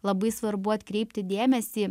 labai svarbu atkreipti dėmesį